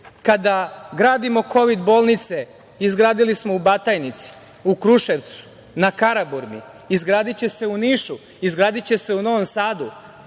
kada gradimo kovid bolnice, izgradili smo u Batajnici, u Kruševcu, na Karaburmi, izgradiće se u Nišu, izgradiće se u Novom Sadu,